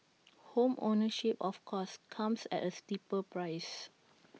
home ownership of course comes at A steeper price